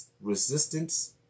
resistance